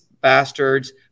bastards